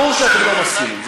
ברור שאתם לא מסכימים,